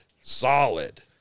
Solid